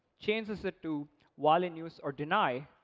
changes it to while-in-use, or deny,